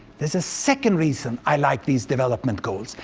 there's a second reason i like these development goals,